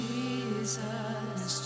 Jesus